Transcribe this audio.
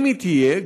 אם תהיה,